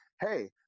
Hey